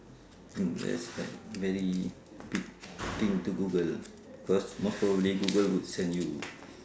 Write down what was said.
mm that's like very big thing to google cause most probably Google would send you